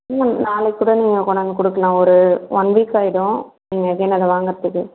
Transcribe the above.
இல்லை நாளைக்கு கூட நீங்கள் கொண்டு வந்து கொடுக்கலாம் ஒரு ஒன் வீக் ஆயிடும் நீங்கள் அகைன் அதை வாங்கறதுக்கு